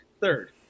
Third